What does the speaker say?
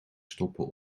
stoffen